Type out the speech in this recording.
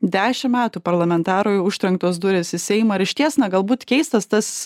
dešim metų parlamentarui užtrenktos durys į seimą ir išties na galbūt keistas tas